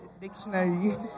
Dictionary